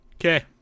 Okay